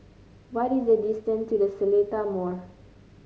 what is the distance to The Seletar Mall